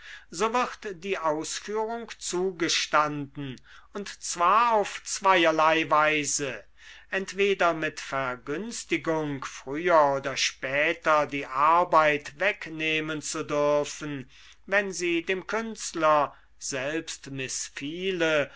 so wird die ausführung zugestanden und zwar auf zweierlei weise entweder mit vergünstigung früher oder später die arbeit wegnehmen zu dürfen wenn sie dem künstler selbst